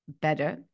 better